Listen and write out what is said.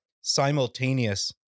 simultaneous